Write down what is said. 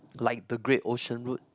like the Great Ocean Route